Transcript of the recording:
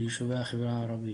ביישובי החברה הערבית.